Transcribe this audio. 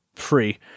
free